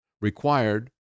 required